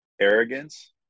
Arrogance